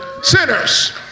Sinners